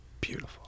beautiful